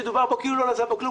שדובר פה כאילו לא נעשה בו כלום,